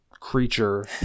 creature